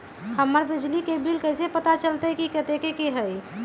हमर बिजली के बिल कैसे पता चलतै की कतेइक के होई?